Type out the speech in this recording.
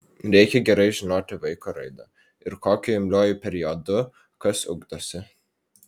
reikia gerai žinoti vaiko raidą ir kokiu imliuoju periodu kas ugdosi